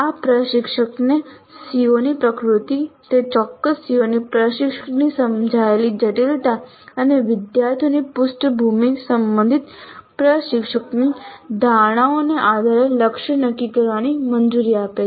આ પ્રશિક્ષકને CO ની પ્રકૃતિ તે ચોક્કસ CO ની પ્રશિક્ષકની સમજાયેલી જટિલતા અને વિદ્યાર્થીઓની પૃષ્ઠભૂમિ સંબંધિત પ્રશિક્ષકની ધારણાઓના આધારે લક્ષ્ય નક્કી કરવાની મંજૂરી આપે છે